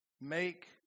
Make